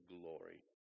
glory